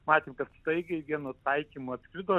matėm kad staigiai vienu taikymu atskrido